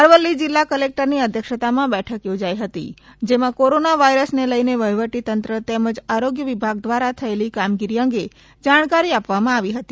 અરવલ્લી જિલ્લા કલેક્ટરની અધ્યક્ષતામાં બેઠક યોજાઇ હતી જેમાં કોરોના વાઈરસને લઇને વહીવટી તંત્ર તેમજ આરોગ્ય વિભાગ દ્વારા થયેલ કામગીરી અંગે જાણકારી આપવામાં આવી હતી